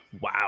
Wow